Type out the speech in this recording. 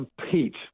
compete